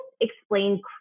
explain